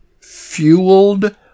Fueled